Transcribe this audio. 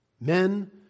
men